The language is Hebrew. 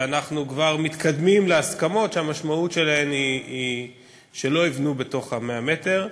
ואנחנו כבר מתקדמים להסכמות שהמשמעות שלהן היא שלא יבנו בתוך ה-100 מטר,